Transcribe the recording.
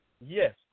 Yes